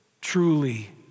Truly